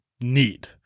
need